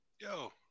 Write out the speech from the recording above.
Yo